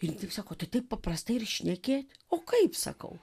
jin taip sako tai taip paprastai ir šnekėt o kaip sakau